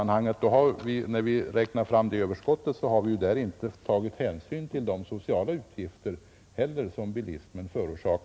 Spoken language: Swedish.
När vi räknar fram detta överskott, har vi inte tagit hänsyn till de sociala utgifter som bilismen förorsakar.